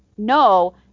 No